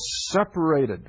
separated